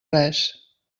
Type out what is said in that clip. res